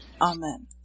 Amen